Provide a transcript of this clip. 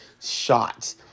shot